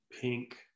pink